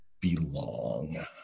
belong